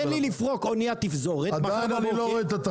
תן לי לפרוק אניית תפזורת -- עדיין אני לא רואה את התחרות.